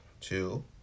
Two